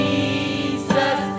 Jesus